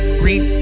green